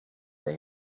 day